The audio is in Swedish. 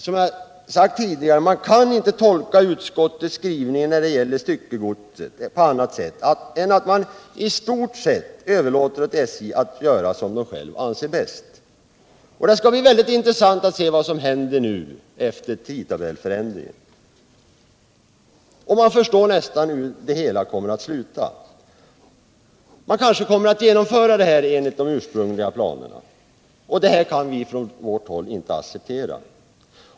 Som jag sade tidigare kan man inte tolka utskottets skrivning om styckegodset på annat sätt än att man i stort sett överlåter åt SJ att göra som SJ självt anser bäst. Det skall då bli mycket intressant att se vad som händer efter tidtabellsförändringen. Man förstår nästan hur det hela kommer att sluta: SJ kommer kanske att genomföra detta enligt de ursprungliga planerna. Det kan vi från vårt håll inte acceptera.